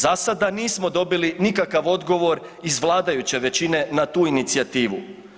Za sada nismo dobili nikakav odgovor iz vladajuće većine na tu inicijativu.